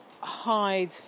hide